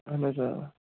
اَہن حظ آ